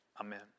amen